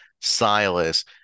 Silas